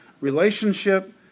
relationship